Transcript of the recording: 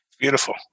Beautiful